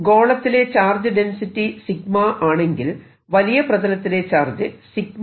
ഗോളത്തിലെ charge density ആണെങ്കിൽ വലിയ പ്രതലത്തിലെ ചാർജ് 𝜎d 𝝮